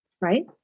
right